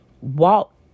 Walk